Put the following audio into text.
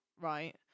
right